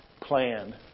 plan